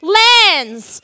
lands